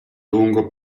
lungo